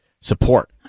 support